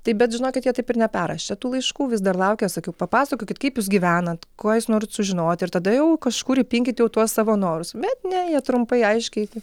tai bet žinokit jie taip ir neperrašė tų laiškų vis dar laukia sakiau papasakokit kaip jūs gyvenat kuo jūs norit sužinoti ir tada jau kažkur įpinkit jau tuos savo norus bet ne jie trumpai aiškiai